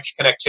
connectivity